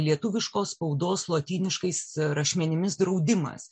lietuviškos spaudos lotyniškais rašmenimis draudimas